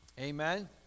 Amen